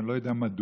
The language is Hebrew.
ואני לא יודע מדוע.